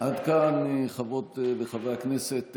עד כאן, חברות וחברי הכנסת.